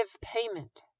payment